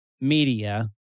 media